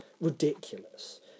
ridiculous